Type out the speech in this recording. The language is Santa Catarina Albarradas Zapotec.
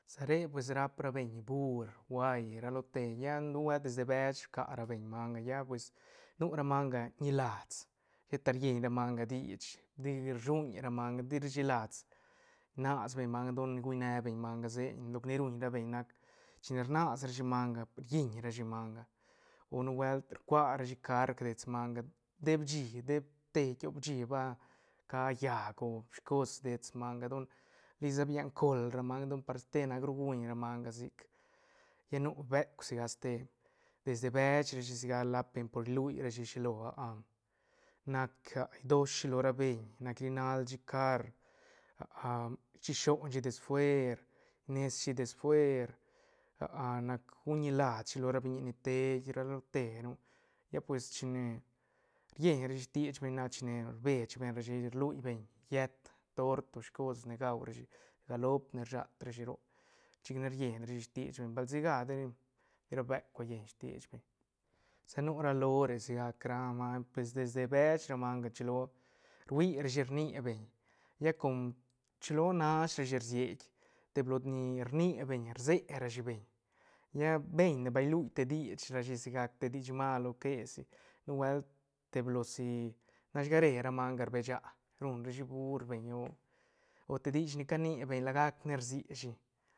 Sa re pues rap ra beñ bur uhuai ra lo te lla nubuet desde bech rca ra beñ manga lla pues nu ra manga ñilats sheta rieñ ra manga dich di- di rsuñ ra manga ti ra shi las rnas beñ manga den guñ ne beñ manga seiñ loc ni ruñ ra beñ nac china rnas rashi manga rllin rashi manga o nubuelt rcua rashi carg dets ra manga deeb shí depte tiop shí va ca llaäc o shicos dets manga don lisa bisn col ra manga don par ste nac ru guñ ra manga sic lla nu buek sigac ste desde bech rashi sigac rap beñ por rlui rashi shilo nac idosh shi lo ra beñ nac rri nal shi car chi shonshi des fuer nies shi des fuer nac guñ ñilas shi lo ra biñi ni tei ra lo te nu lla pues chine rieñ rashi stich beñ na chine rbech beñ rashi rlui beñ yët tort o shicos ne gua rashi galop ne rshat rashi roc chic ne rieñ rashi stich beñ bal siga ti ra beuk llen stich beñ sa nu ra lore sic ra maiñ pues desde bech ra manga rchilo rui rashi rni beñ lla com chilo nash rashi rsiet teblo ni rni beñ rce rashi beñ lla beñ ne val ilui te dich rashi sigac te dich mal o que si nubuelt te blosi nash gare ra manga rbecha ruñ rashi bu ur beñ o te dich ni cani beñ la gac ne rsishi